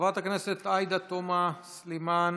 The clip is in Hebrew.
חברת הכנסת עאידה תומא סלימאן,